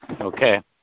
Okay